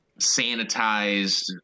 sanitized